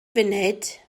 funud